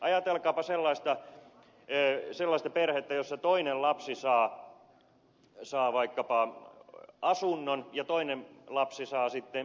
ajatelkaapa sellaista perhettä jossa toinen lapsi saa vaikkapa asunnon ja toinen lapsi saa sitten metsätilan